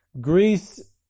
Greece